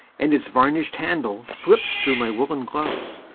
and its varnished handle slips through my woollen gloves,